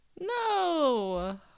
No